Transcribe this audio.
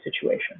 situation